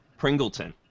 Pringleton